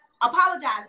apologize